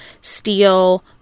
steel